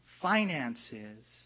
finances